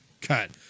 cut